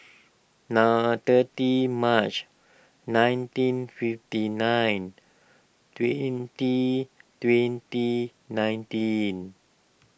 na thirty March nineteen fifty nine twenty twenty nineteen